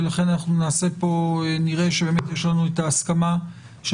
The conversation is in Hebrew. ולכן אנחנו נראה שיש לנו פה את ההסכמה של